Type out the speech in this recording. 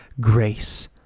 grace